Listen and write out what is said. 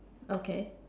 okay